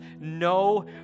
no